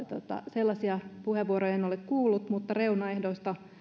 sellaisia puheenvuoroja en ole kuullut mutta reunaehdoista